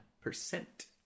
percent